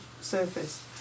surface